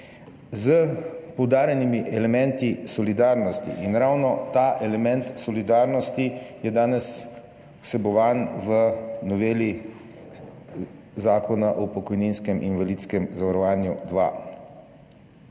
s poudarjenimi elementi solidarnosti in ravno ta element solidarnosti je danes vsebovan v noveli Zakona o pokojninskem in invalidskem zavarovanju